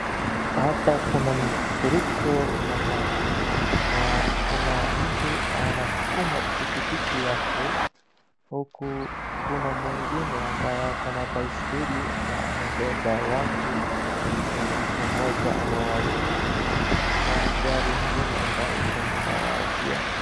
Hapa kuna mfuriko ya maji, na kuna mtu anasukuma pikipiki yake, huku kuna mwengine ambaye akona baiskeli na amebeba watu , ni mtu mmoja ama wawili. Kuna gari ingine ambayo iko nyuma yao pia.